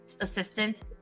assistant